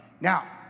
now